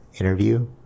Interview